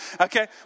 Okay